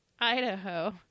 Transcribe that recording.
Idaho